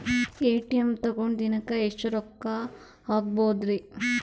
ATM ತಗೊಂಡ್ ದಿನಕ್ಕೆ ಎಷ್ಟ್ ರೊಕ್ಕ ಹಾಕ್ಬೊದ್ರಿ?